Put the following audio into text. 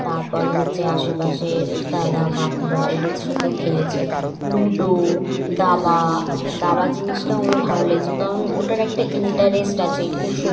তারপরে হচ্ছে আশেপাশের দাদা কাকুরা এদের সাথেও খেলেছি লুডো দাবা দাবা জিনিসটাও আমার ভালো লেগেছে কারণ ওটার একটা ইন্টারেস্ট আছে খুব সুন্দর